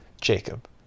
Jacob